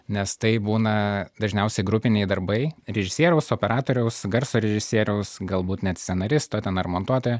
nes tai būna dažniausiai grupiniai darbai režisieriaus operatoriaus garso režisieriaus galbūt net scenaristo ten ar montuotojo